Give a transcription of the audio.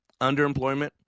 underemployment